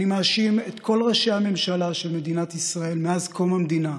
אני מאשים את כל ראשי הממשלה של מדינת ישראל מאז קום המדינה,